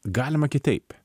galima kitaip